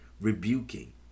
rebuking